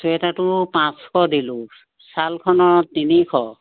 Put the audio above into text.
চুৱেটাৰটো পাঁচশ দিলোঁ ছালখনত তিনিশ